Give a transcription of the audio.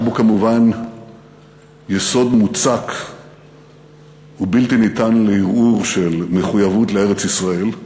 היה בו כמובן יסוד מוצק ובלתי ניתן לערעור של מחויבות לארץ-ישראל,